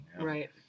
Right